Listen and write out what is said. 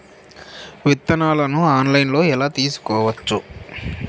విత్తనాలను ఆన్లైన్లో ఎలా తీసుకోవచ్చు